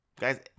Guys